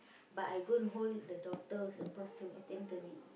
but I go and hold the doctor who's supposed to attend to me